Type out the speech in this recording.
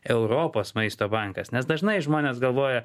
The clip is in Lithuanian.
europos maisto bankas nes dažnai žmonės galvoja